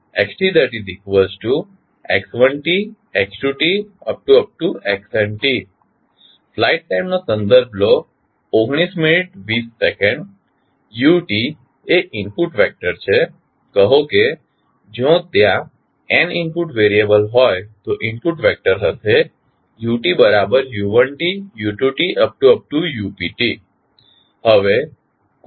u એ input vector છે કહો કે જો ત્યાં n ઇનપુટ વેરીયબલ હોય તો ઇનપુટ વેક્ટર હશે હવે ગુણાંક કોફીસીયંટ શું છે